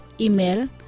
Email